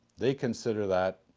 they consider that